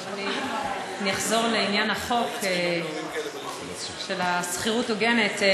אני אחזור לעניין חוק השכירות ההוגנת.